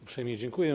Uprzejmie dziękuję.